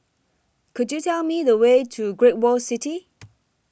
Could YOU Tell Me The Way to Great World City